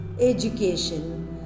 education